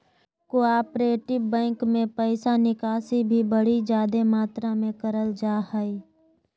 cooperative bank मे पैसा निकासी भी बड़ी जादे मात्रा मे करल जा हय